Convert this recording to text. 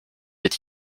est